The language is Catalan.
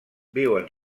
viuen